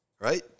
right